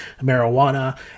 marijuana